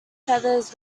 feathers